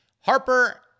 Harper